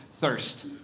thirst